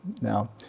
Now